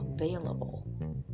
available